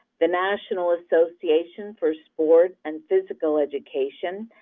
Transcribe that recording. the national association for sports and physical education,